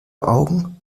augen